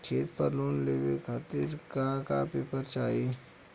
खेत पर लोन लेवल खातिर का का पेपर चाही?